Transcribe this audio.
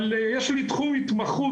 אבל יש לי תחום התמחות.